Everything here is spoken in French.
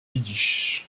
yiddish